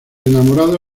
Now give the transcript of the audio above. enamorado